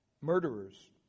murderers